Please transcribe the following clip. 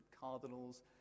Cardinals